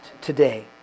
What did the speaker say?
today